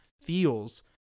feels